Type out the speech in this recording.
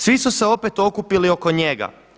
Svi su se opet okupili oko njega.